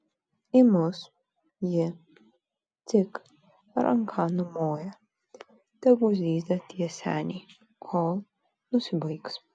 į mus ji tik ranka numoja tegu zyzia tie seniai kol nusibaigs